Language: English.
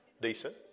Decent